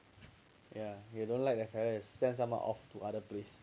yeah you don't like the fellow send someone off to other place